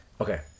okay